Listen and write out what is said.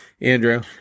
Andrew